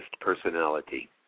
personality